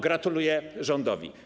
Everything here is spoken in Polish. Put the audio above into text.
Gratuluję rządowi.